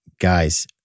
guys